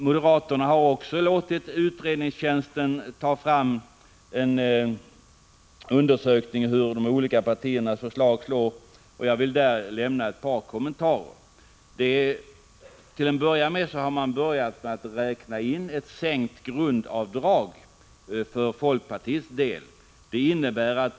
Vidare har moderaterna låtit utredningstjänsten undersöka hur de olika partiernas förslag slår. Jag vill i detta sammanhang göra några kommentarer. Man har börjat med att räkna in ett sänkt grundavdrag— man vänder sig alltså till oss i folkpartiet.